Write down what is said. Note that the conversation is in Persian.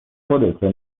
خودته